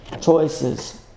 choices